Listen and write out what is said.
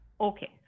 Okay